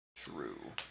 True